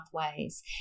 pathways